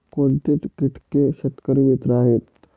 कोणती किटके शेतकरी मित्र आहेत?